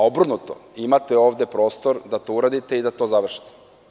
Obrnuto, imate ovde prostor da to uradite i da to završite.